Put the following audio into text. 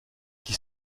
qui